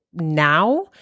Now